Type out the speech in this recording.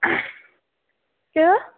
کیٛاہ